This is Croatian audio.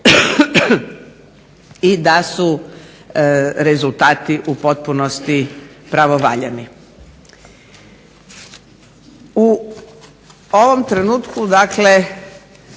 i da su rezultati u potpunosti pravovaljani. U ovom trenutku dakle